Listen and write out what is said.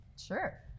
Sure